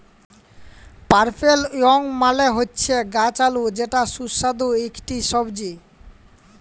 purple yam মালে হচ্যে গাছ আলু যেটা সুস্বাদু ইকটি সবজি